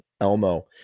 elmo